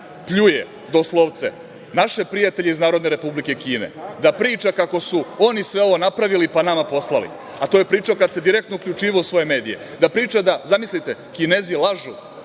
pljuje, doslovce, naše prijatelje iz Narodne Republike Kine, da priča kako su oni sve ovo napravili, pa nama poslali, a to je pričao kada se direktno uključivao u svoje medije, da priča da, zamislite, Kinezi lažu,